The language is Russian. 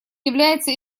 является